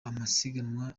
amasiganwa